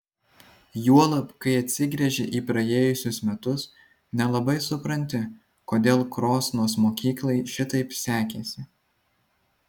juolab kai atsigręži į praėjusius metus nelabai supranti kodėl krosnos mokyklai šitaip sekėsi